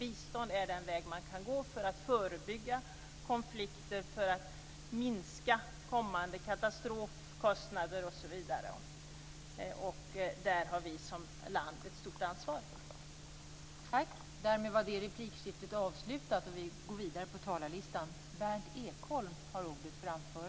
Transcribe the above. Bistånd är den väg som man kan gå för att förebygga konflikter och minska kommande katastrofer, kostnader osv. Där har Sverige som land ett stort ansvar.